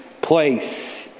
place